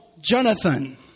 Jonathan